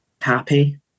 Happy